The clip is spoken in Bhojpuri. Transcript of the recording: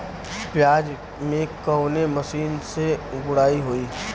प्याज में कवने मशीन से गुड़ाई होई?